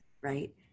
right